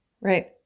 Right